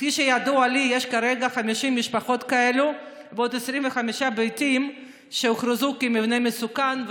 כפי שידוע לי יש כרגע 50 משפחות כאלה ועוד 25 בתים שהוכרזו כמבנה מסוכן,